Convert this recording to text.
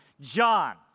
John